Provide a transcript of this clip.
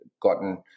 gotten